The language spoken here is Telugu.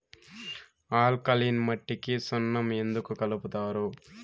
ఆల్కలీన్ మట్టికి సున్నం ఎందుకు కలుపుతారు